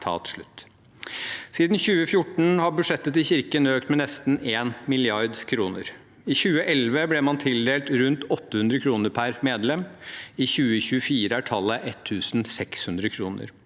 Siden 2014 har budsjettet til Kirken økt med nesten 1 mrd. kr. I 2011 ble man tildelt rundt 800 kr pr. medlem. I 2024 er tallet 1 600 kr.